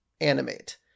animate